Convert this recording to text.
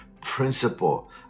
principle